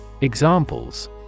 Examples